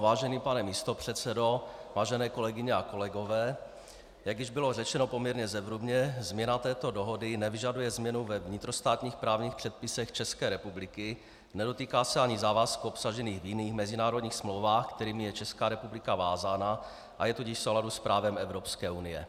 Vážený pane místopředsedo, vážené kolegyně a kolegové, jak již bylo řečeno poměrně zevrubně, změna této dohody nevyžaduje změnu ve vnitrostátních právních předpisech České republiky, nedotýká se ani závazků obsažených v jiných mezinárodních smlouvách, kterými je Česká republika vázána, a je tudíž v souladu s právem Evropské unie.